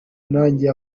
najye